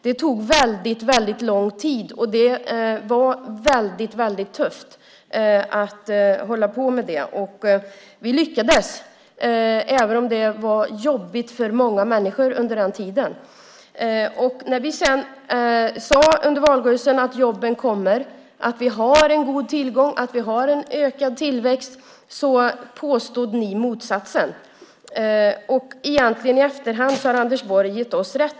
Det tog väldigt lång tid, och det var väldigt tufft, men vi lyckades även om det var jobbigt för många människor under den tiden. När vi sedan under valrörelsen sade att jobben kommer, att vi har en god tillgång och en ökad tillväxt påstod ni motsatsen. Egentligen har Anders Borg i efterhand gett oss rätt.